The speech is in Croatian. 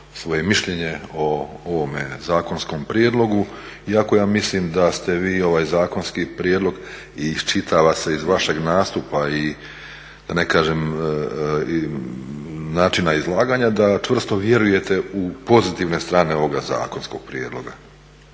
svoje mišljenje o ovome zakonskom prijedlogu iako ja mislim da ste vi ovaj zakonski prijedlog i iščitava se iz vašeg nastupa i da ne kažem i načina izlaganja da čvrsto vjerujete u pozitivne strane ovoga zakonskog prijedloga.